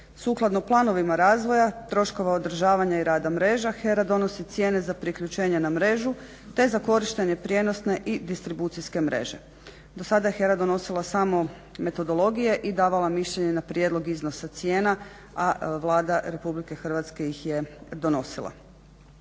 Sukladno planovima razvoja, troškova održavanja i rada mreža HERA donosi cijene za priključenje na mrežu te za korištenje prijenosne i distribucijske mreže. Do sada je HERA donosila samo metodologije i davala mišljenje na prijedlog iznosa cijena, a Vlada Republike Hrvatske ih je donosila.